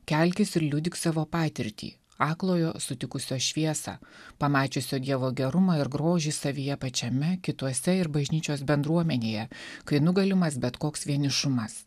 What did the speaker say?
kelkis ir liudyk savo patirtį aklojo sutikusio šviesą pamačiusio dievo gerumą ir grožį savyje pačiame kituose ir bažnyčios bendruomenėje kai nugalimas bet koks vienišumas